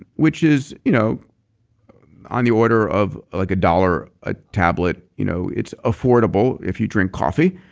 which is, you know on the order of like a dollar a tablet, you know it's affordable. if you drink coffee,